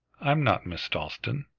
i'm not miss dalstan.